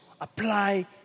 apply